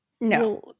No